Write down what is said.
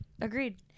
agreed